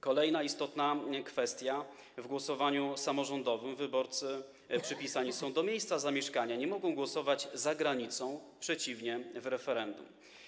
Kolejna istotna kwestia - w głosowaniu samorządowym wyborcy przypisani są do miejsca zamieszkania, nie mogą głosować za granicą, przeciwnie w referendum.